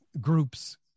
groups